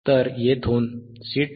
तर येथून C20